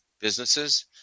businesses